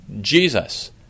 Jesus